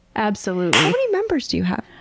absolutely. how many members do you have?